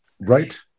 Right